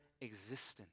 existence